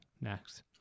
next